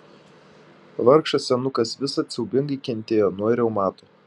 vargšas senukas visad siaubingai kentėjo nuo reumato